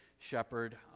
shepherd